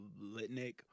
Litnik